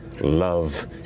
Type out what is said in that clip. love